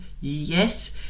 yes